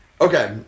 okay